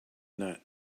nut